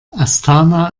astana